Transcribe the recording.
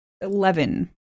Eleven